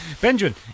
Benjamin